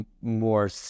more